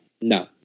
no